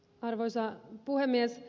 arvoisa puhemies